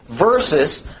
versus